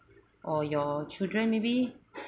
or your children maybe